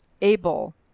able